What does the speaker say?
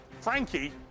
Frankie